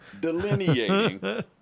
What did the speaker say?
delineating